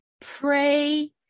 Pray